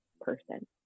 person